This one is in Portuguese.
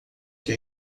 que